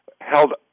held